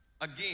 Again